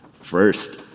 First